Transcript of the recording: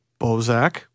Bozak